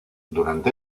durante